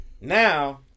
Now